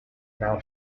now